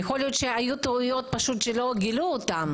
ויכול להיות שהיו עוד טעויות שלא גילו אותם.